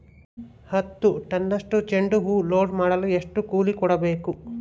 ಹತ್ತು ಟನ್ನಷ್ಟು ಚೆಂಡುಹೂ ಲೋಡ್ ಮಾಡಲು ಎಷ್ಟು ಕೂಲಿ ಕೊಡಬೇಕು?